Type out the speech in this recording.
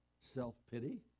self-pity